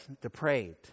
depraved